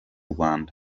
rwanda